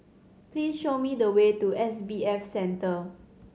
please show me the way to S B F Center